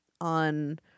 on